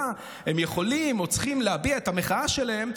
הם יכולים או צריכים להביע את המחאה שלהם,